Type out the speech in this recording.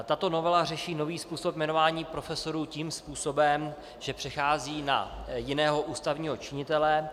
Tato novela řeší nový způsob jmenování profesorů tím způsobem, že přechází na jiného ústavního činitele.